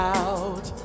out